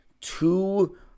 two